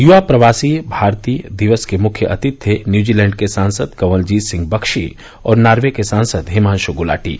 यवा प्रवासी भारतीय दिवस के मुख्य अतिथि थे न्यूजीलैंड के सांसद कवल जीत सिंह बक्शी और नार्वे के सांसद हिमांश गुलाटी